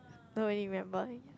don't really remember leh